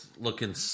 looking